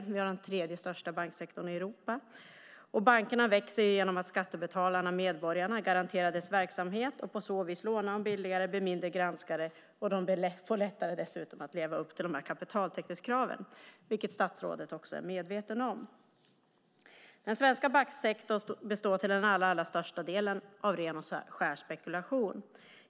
Vi har den tredje största banksektorn i Europa. Bankerna växer genom att skattebetalarna och medborgarna garanterar deras verksamhet. På så vis lånar de billigare, blir mindre granskade och får dessutom lättare att leva upp till kapitaltäckningskraven, vilket statsrådet är medveten om. Den svenska banksektorn består till allra största delen av ren och skär spekulation.